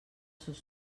sos